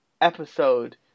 episode